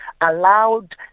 allowed